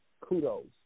Kudos